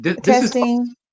testing